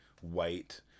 white